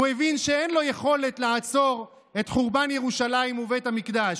הוא הבין שאין לו יכולת לעצור את חורבן ירושלים ובית המקדש,